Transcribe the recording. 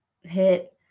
hit